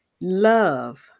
love